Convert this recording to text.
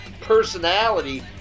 personality